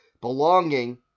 belonging